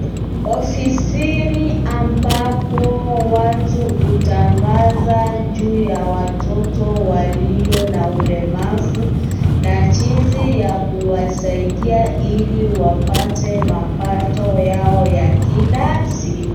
Ofisini ambapo watu hutangaza juu ya watoto walio na ulemavu na jinsi ya kuwasaidia wapate mapato yao ya kila siku.